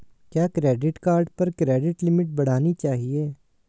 क्या credit card पर credit limit बढ़ानी चाहिए?